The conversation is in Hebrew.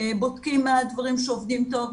בודקים מה הדברים שעובדים טוב,